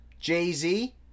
Jay-Z